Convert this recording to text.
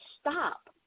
Stop